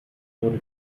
wurde